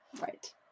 right